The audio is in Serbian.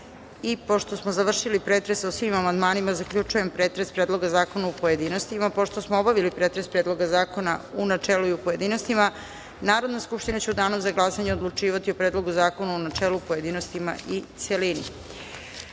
fronta. Pošto smo završili pretres o svim amandmanima, zaključujem pretres Predloga zakona u pojedinostima. Pošto smo obavili pretres Predloga zakona, u načelu, i u pojedinostima, Narodna skupština će u danu za glasanje odlučivati o Predlogu zakona, u načelu, u pojedinostima i